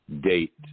date